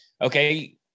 okay